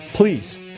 please